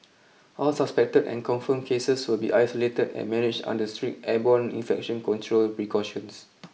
all suspected and confirmed cases will be isolated and managed under strict airborne infection control precautions